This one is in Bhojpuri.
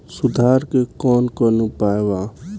सुधार के कौन कौन उपाय वा?